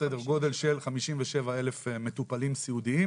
סדר גודל של 57,000 מטופלים סיעודיים